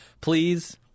please